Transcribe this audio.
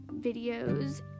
videos